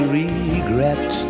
regret